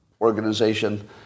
organization